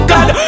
God